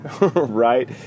right